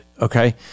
Okay